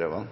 Det er